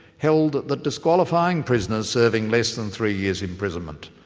held that disqualifying prisoners serving less than three years imprisonment,